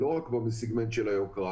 לא רק בסגנון של היוקרה,